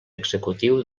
executiu